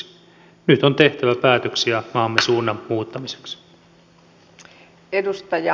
nyt on tehtävä päätöksiä maamme suunnan muuttamiseksi